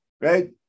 Right